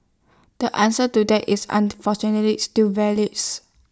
the answer to that is unfortunately still values